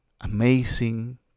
amazing